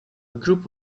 group